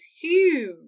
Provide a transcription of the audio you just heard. huge